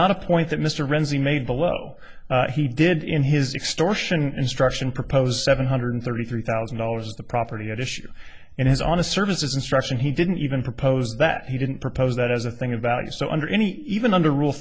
not a point that mr renzi made below he did in his extortion instruction proposed seven hundred thirty three thousand dollars the property at issue in his on the services instruction he didn't even propose that he didn't propose that as a thing about it so under any even under rule